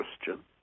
Christian